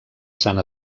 sant